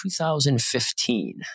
2015